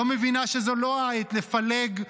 לא מבינה שזו לא העת לפלג,